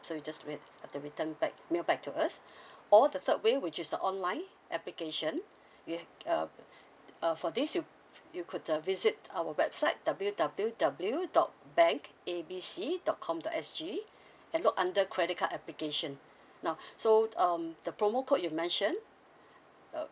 so you just ret~ have to return back mail back to us or the third way which is the online application you uh uh for this you you could uh visit our website W W W dot bank A B C dot com dot S G and look under credit card application now so um the promo code you mentioned uh